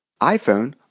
iPhone